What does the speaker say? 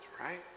right